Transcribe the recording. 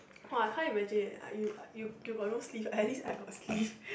!wah! I can't imagine eh you you got no sleeve at least I got sleeve